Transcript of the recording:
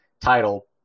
title